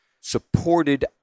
supported